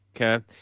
Okay